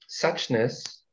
Suchness